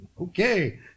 okay